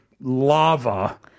lava